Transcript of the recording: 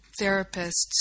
therapists